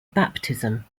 baptism